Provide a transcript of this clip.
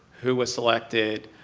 who was selected,